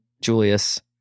Julius